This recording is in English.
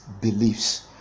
beliefs